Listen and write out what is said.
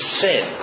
sin